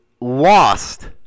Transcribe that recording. lost